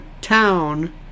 town